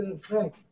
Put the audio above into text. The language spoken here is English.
Frank